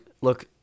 look